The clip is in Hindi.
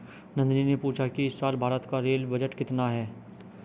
नंदनी ने पूछा कि इस साल भारत का रेल बजट कितने का है?